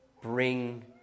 bring